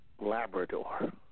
Labrador